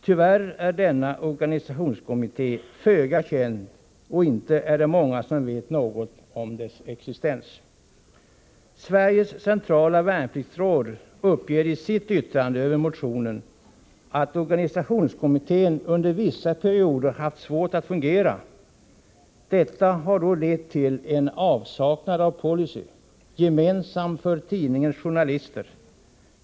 Tyvärr är denna organisationskommitté föga känd, och inte är det många som vet något om dess existens. Sveriges centrala värnpliktsråd uppger i sitt yttande över motionen ”att organisationskommittén under vissa perioder haft svårt att fungera. Detta har då lett till en avsaknad av policy — gemensam för tidningens journalister.